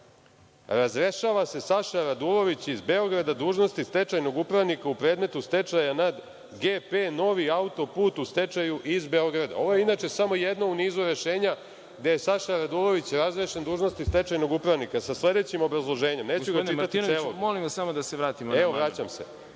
Vlade.„Razrešava se Saša Radulović iz Beograda dužnosti stečajnog upravnika u predmetu stečaja nad GP Novi autoput u stečaju, iz Beograda. Ovo je inače samo jedno u nizu rešenja gde je Saša Radulović razrešen dužnosti stečajnog upravnika, sa sledećim obrazloženjem, neću ga čitati celog. **Đorđe